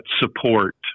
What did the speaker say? support